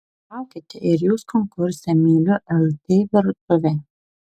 dalyvaukite ir jūs konkurse myliu lt virtuvę